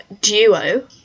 duo